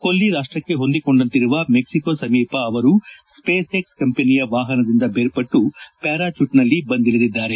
ಕೊಲ್ಲಿ ರಾಷ್ಟಕ್ಕೆ ಹೊಂದಿಕೊಂಡಂತಿರುವ ಮೆಕ್ಲಿಕೋ ಸಮೀಪ ಅವರು ಸ್ವೇಸ್ ಎಕ್ಸ್ ಕಂಪನಿಯ ವಾಹನದಿಂದ ಬೇರ್ಪಟ್ಟು ಪ್ವಾರಾಜೂಟ್ನಲ್ಲಿ ಬಂದಿಳಿದಿದ್ದಾರೆ